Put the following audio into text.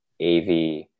AV